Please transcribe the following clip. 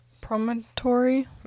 Promontory